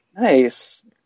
nice